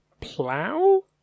plow